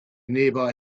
nearby